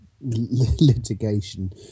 litigation